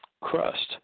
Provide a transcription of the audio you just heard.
crust